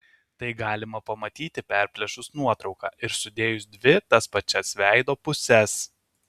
tai galima pamatyti perplėšus nuotrauką ir sudėjus dvi tas pačias veido puses